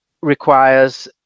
requires